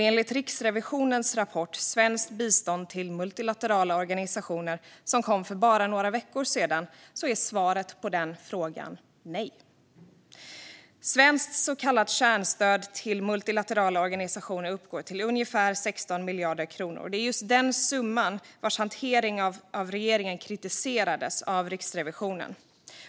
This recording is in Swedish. Enligt Riksrevisionens rapport Svenskt bistånd till multilaterala organisationer , som kom för bara några veckor sedan, är svaret på frågan nej. Svenskt så kallat kärnstöd till multilaterala organisationer uppgår till ungefär 16 miljarder kronor. Det var för hanteringen av just denna summa som regeringen kritiserades av Riksrevisionen.